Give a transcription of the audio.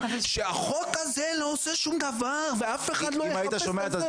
שהחוק הזה לא עושה שום דבר ואף אחד לא יחפש וזה.